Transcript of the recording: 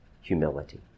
humility